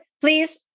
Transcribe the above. please